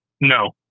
No